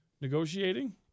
negotiating